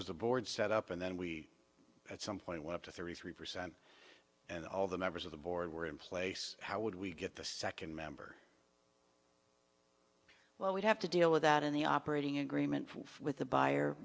was a board set up and then we at some point went to thirty three percent and all the members of the board were in place how would we get the second member well we'd have to deal with that in the operating agreement with the buyer